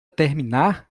terminar